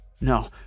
No